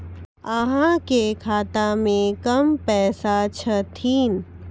अहाँ के खाता मे कम पैसा छथिन?